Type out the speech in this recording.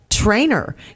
trainer